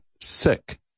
sick